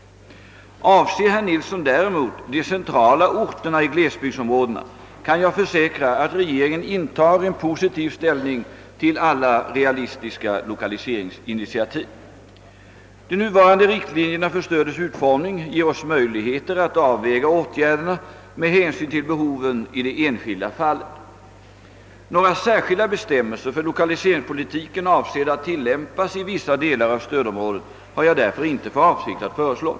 Avser herr Nilsson däremot de centrala orterna i glesbygdsområdena, kan jag försäkra att regeringen intar en positiv ställning till alla realistiska Ilokaliseringsinitiativ. De nuvarande riktlinjerna för stödets utformning ger oss möjligheter att avväga åtgärderna med hänsyn till behoven i det enskilda fallet. Några särskilda bestämmelser för lokaliseringspolitiken, avsedda att tillämpas i vissa delar av stödområdet, har jag därför inte för avsikt att föreslå.